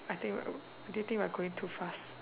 I think do you think we are going too fast